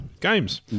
games